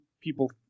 people